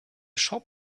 shop